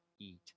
eat